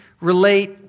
relate